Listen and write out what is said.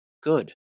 Good